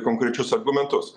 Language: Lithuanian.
konkrečius argumentus